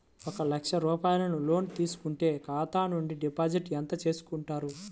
ఒక లక్ష రూపాయలు లోన్ తీసుకుంటే ఖాతా నుండి డిపాజిట్ ఎంత చేసుకుంటారు?